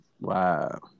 Wow